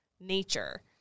nature